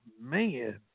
man